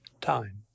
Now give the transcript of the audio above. time